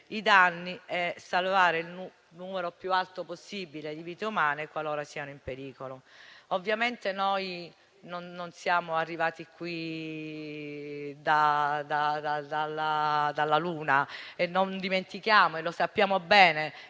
i danni e salvando il numero più alto possibile di vite umane, qualora siano in pericolo. Ovviamente non siamo arrivati qui dalla luna. Non dimentichiamo e anzi sappiamo bene